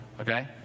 okay